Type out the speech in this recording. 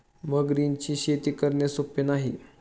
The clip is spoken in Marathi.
मगरींची शेती करणे सोपे नाही